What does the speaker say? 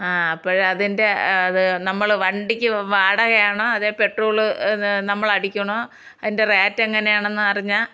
അപ്പോഴ് അതിന്റെ അത് നമ്മൾ വണ്ടിയ്ക്ക് വാടകയാണോ അതോ പെട്രോള് നമ്മൾ അടിക്കണോ അതിന്റെ റേറ്റ് എങ്ങനെയാണെന്ന് അറിഞ്ഞാൽ